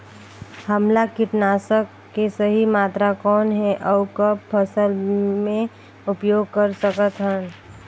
हमला कीटनाशक के सही मात्रा कौन हे अउ कब फसल मे उपयोग कर सकत हन?